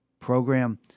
program